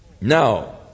Now